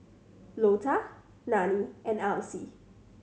Lota Nanie and Elsie